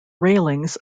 railings